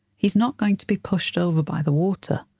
he's not going to be pushed over by the water.